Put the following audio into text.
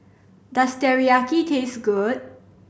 does Teriyaki taste good